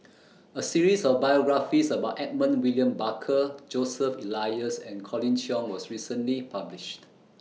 A series of biographies about Edmund William Barker Joseph Elias and Colin Cheong was recently published